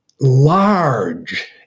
large